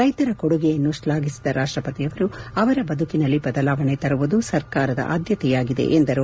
ರೈತರ ಕೊಡುಗೆಯನ್ನು ಶ್ಲಾಘಿಸಿದ ರಾಷ್ಟಪತಿಯವರು ಅವರ ಬದುಕಿನಲ್ಲಿ ಬದಲಾವಣೆ ತರುವುದು ಸರ್ಕಾರದ ಆದ್ಯತೆಯಾಗಿದೆ ಎಂದರು